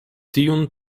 tiun